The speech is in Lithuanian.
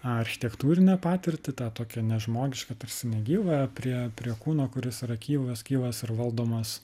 architektūrinę patirtį tą tokią nežmogišką tarsi negyvą prie prie kūno kuris yra gyvas gyvas ir valdomas